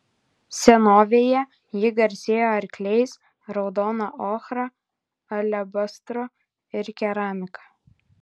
senovėje ji garsėjo arkliais raudona ochra alebastru ir keramika